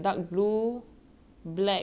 dark brown I cannot wear I look very fat